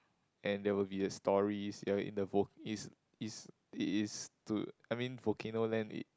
and there will be the stories there will in the vo~ is is it is to I mean volcano land it